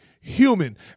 human